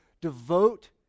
devote